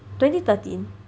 twenty thirteen